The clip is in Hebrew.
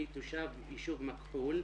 אני תושב היישוב מכחול,